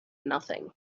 nothing